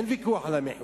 כבר אין ויכוח על המחיר,